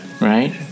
Right